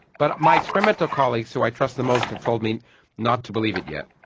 but my experimental colleagues who i trust the most have told me not to believe it yet.